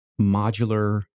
modular